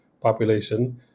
population